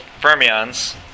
fermions